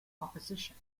opposition